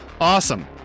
Awesome